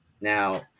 Now